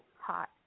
hot